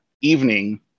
evening